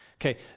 Okay